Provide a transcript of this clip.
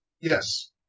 Yes